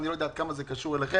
אני לא יודע עד כמה זה קשור אליכם,